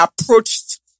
approached